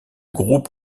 groupe